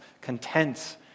content